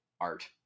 art